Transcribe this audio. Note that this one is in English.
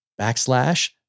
backslash